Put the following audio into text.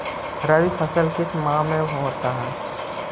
रवि फसल किस माह में होता है?